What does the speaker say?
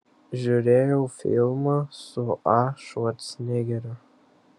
žiūrėjau filmą su a švarcnegeriu